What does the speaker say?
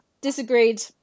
Disagreed